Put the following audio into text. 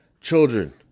children